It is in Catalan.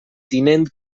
tinent